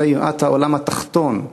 אלא יראת העולם התחתון.